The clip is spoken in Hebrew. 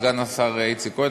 סגן השר איציק כהן,